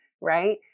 right